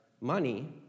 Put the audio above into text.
money